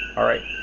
alright,